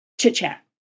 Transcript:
chit-chat